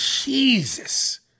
Jesus